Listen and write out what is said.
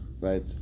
right